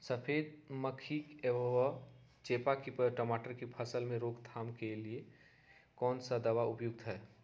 सफेद मक्खी व चेपा की टमाटर की फसल में रोकथाम के लिए कौन सा दवा उपयुक्त है?